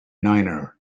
niner